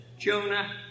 Jonah